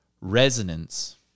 Resonance